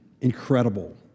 incredible